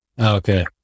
Okay